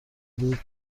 بود